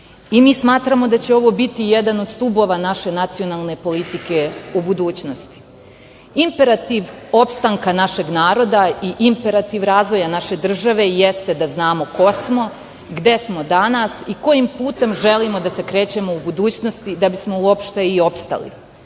i mi smatramo da će ovo biti jedan od stubova naše nacionalne politike u budućnosti. Imperativ opstanka našeg naroda i imperativ razvoja naše države jeste da znamo ko smo, gde smo danas i kojim putem želimo da se krećemo u budućnosti da bismo uopšte i opstali,